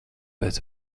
pēc